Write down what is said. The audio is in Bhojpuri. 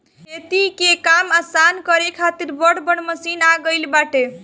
खेती के काम आसान करे खातिर बड़ बड़ मशीन आ गईल बाटे